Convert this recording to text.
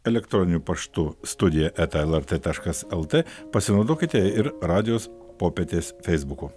elektroniniu paštu studija eta lrt taškas lt pasinaudokite ir radijos popietės feisbuku